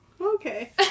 Okay